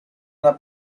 una